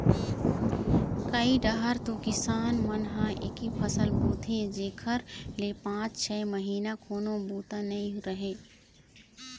कइ डाहर तो किसान मन ह एके फसल बोथे जेखर ले पाँच छै महिना कोनो बूता नइ रहय